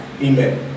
Amen